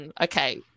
okay